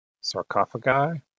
sarcophagi